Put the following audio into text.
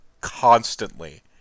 constantly